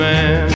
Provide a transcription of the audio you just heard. Man